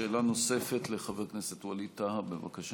שאלה נוספת, לחבר כנסת ווליד טאהא, בבקשה.